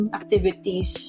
activities